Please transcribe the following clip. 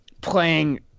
playing